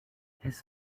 his